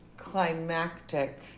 climactic